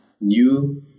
new